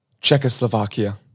Czechoslovakia